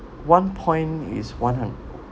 one point is one hun~